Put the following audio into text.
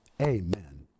amen